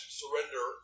surrender